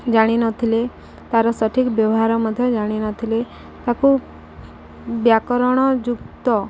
ଜାଣିନଥିଲେ ତାର ସଠିକ୍ ବ୍ୟବହାର ମଧ୍ୟ ଜାଣିନଥିଲେ ତାକୁ ବ୍ୟାକରଣ ଯୁକ୍ତ